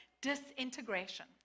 disintegration